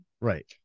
Right